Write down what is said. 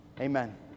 Amen